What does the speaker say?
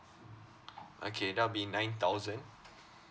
okay that'll be nine thousand